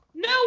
no